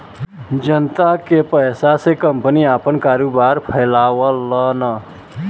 जनता के पइसा से कंपनी आपन कारोबार फैलावलन